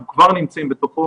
אנחנו כבר נמצאים בתוכו